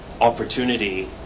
opportunity